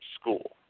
school